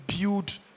build